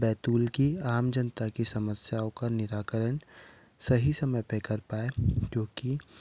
बैतूल की आम जनता की समस्याओं का निराकरण सही समय पे कर पाएं क्योंकि